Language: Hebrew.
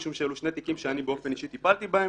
משום שאלה שני תיקים שאני באופן אישי טיפלתי בהם.